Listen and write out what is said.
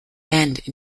end